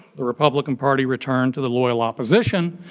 the republican party return to the loyal opposition,